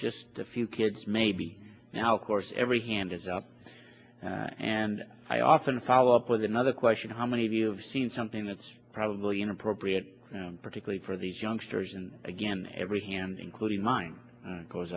just a few kids maybe now of course every hand is up and i often follow up with another question how many of you have seen something that's probably inappropriate particularly for these youngsters and again every hand including mine goes